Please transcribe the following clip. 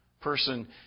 person